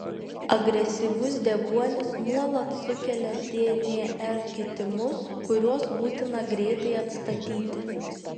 agresyvus deguonis nuolat sukelia dnr kitimus kuriuos būtina greitai atstatyti